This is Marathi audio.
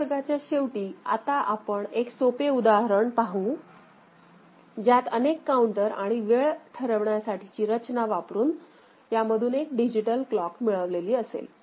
या वर्गाच्या शेवटी आता आपण एक सोपे उदाहरण पाहूज्यात अनेक काऊंटर आणि वेळ ठरवण्यासाठीची रचना वापरून या मधून एक डिजिटल क्लॉक मिळवलेली असेल